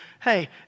hey